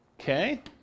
Okay